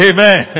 Amen